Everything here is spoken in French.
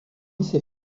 ces